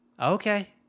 okay